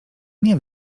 nie